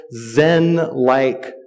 zen-like